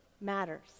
matters